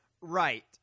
Right